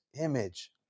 image